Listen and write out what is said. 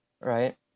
Right